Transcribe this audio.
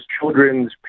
children's